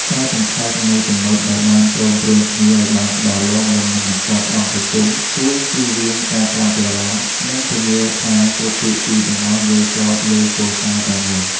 ការសង្ខេបនូវចំណុចដែលបានព្រមព្រៀងគ្នាឱ្យបានច្បាស់លាស់មុននឹងបញ្ចប់អង្គប្រជុំ ជួយជៀសវាងការភាន់ច្រឡំ និងធានាថាគ្រប់ភាគីទាំងអស់យល់ស្របលើគោលការណ៍តែមួយ។